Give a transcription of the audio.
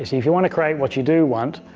if you want to create what you do want,